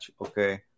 okay